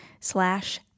slash